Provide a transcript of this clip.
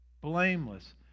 blameless